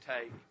take